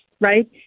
right